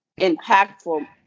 impactful